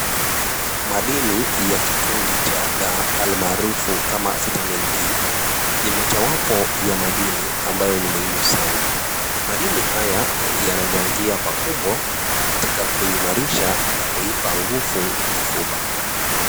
Madini ya kikundi cha D almaarufu vitamin D ni moja wapo ya madini ambayo ni muhimu sana. Madini haya yanachangika pakubwa katika kuimarisha na kuipa nguvu mifupa.